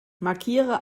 markiere